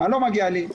מה לא מגיע לי.